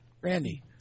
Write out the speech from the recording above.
Randy